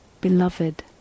beloved